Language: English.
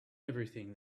everything